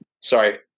Sorry